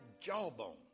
jawbone